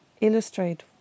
illustrate